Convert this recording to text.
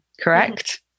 correct